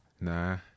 Nah